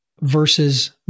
versus